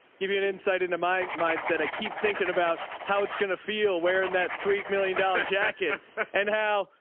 give you an insight into my mindset, i keep thinking about how it's gonna feel wearing that sweet million dollar jacket and how,